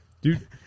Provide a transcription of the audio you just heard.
Dude